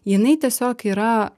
jinai tiesiog yra